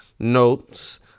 Notes